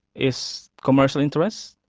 is commercial interests,